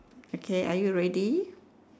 okay are you ready